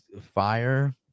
fire